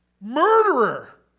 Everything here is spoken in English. murderer